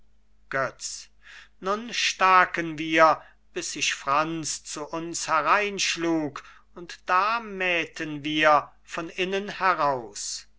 götz nun staken wir bis sich franz zu uns hereinschlug und da mähten wir von innen heraus